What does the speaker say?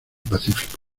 pacífico